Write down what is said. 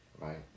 Right